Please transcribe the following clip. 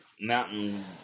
mountain